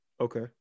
Okay